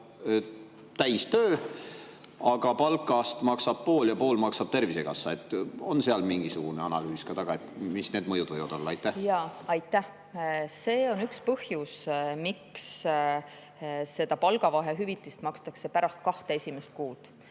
töö, aga palgast maksab pool ja pool maksab Tervisekassa. Kas on mingisugune analüüs, mis need mõjud võivad olla? Aitäh! See on üks põhjus, miks seda palgavahe hüvitist makstakse pärast kahte esimest kuud.